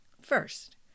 First